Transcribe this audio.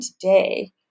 today